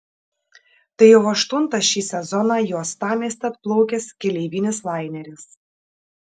tai jau aštuntas šį sezoną į uostamiestį atplaukęs keleivinis laineris